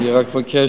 אני רק מבקש,